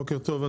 בוקר טוב.